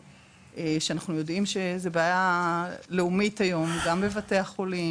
שאנחנו יודעים שזה בעיה לאומית היום גם בבתי החולים,